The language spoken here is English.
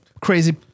Crazy